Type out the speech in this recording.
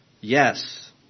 Yes